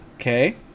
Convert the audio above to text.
Okay